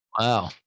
Wow